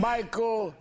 Michael